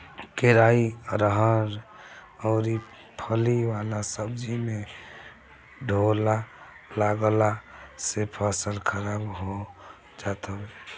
केराई, अरहर अउरी फली वाला सब्जी में ढोला लागला से फसल खराब हो जात हवे